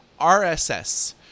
RSS